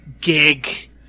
gig